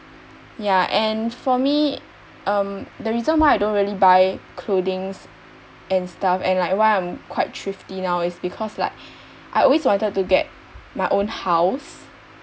ya and for me um the reason why I don't really buy clothings and stuff and like why I'm quite thrifty now is because like I always wanted to get my own house